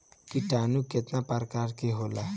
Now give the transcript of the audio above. किटानु केतना प्रकार के होला?